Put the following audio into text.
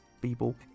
people